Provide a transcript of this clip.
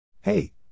Hey